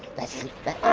that's it!